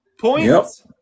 points